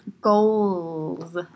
goals